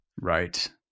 Right